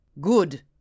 Good